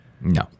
No